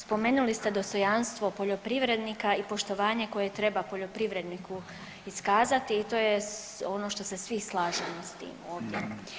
Spomenuli ste dostojanstvo poljoprivrednika i poštovanje koje treba poljoprivredniku iskazati i to je ono što se svi slažemo s tim ovdje.